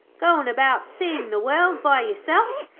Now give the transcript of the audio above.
goin' about seein' the world by yourself.